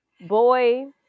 Boy